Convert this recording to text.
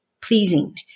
pleasing